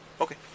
Okay